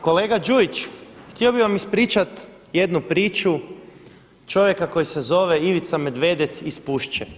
Kolega Đujić, htio bih vam ispričati jednu priču čovjeka koji se zove Ivica Medvedec iz Pušće.